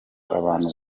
abantu